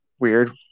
weird